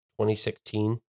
2016